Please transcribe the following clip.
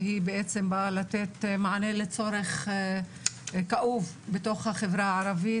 שהיא בעצם באה לתת מענה לצורך כאוב בתוך החברה הערבית.